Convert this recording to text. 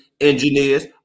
engineers